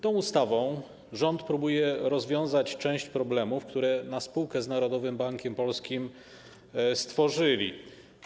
Tą ustawą rząd próbuje rozwiązać część problemów, które na spółkę z Narodowym Bankiem Polskim stworzył.